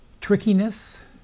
Trickiness